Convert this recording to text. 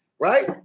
right